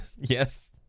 yes